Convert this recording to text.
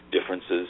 differences